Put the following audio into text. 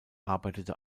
arbeitete